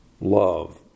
love